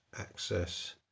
access